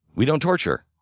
we don't torture.